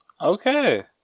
Okay